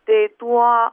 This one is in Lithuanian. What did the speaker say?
tai tuo